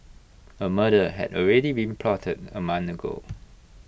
A murder had already been plotted A month ago